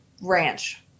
ranch